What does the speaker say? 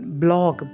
blog